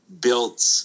built